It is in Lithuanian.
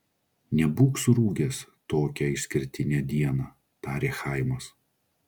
nebūk surūgęs tokią išskirtinę dieną tarė chaimas